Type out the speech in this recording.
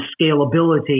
scalability